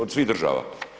Od svih država.